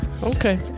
Okay